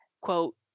quote